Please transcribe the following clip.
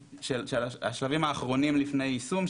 השלבים האחרונים לפני יישום,